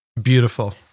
Beautiful